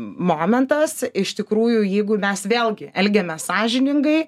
momentas iš tikrųjų jeigu mes vėlgi elgiamės sąžiningai